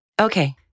Okay